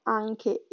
anche